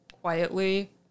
quietly